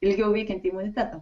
ilgiau veikiantį imunitetą